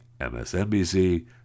MSNBC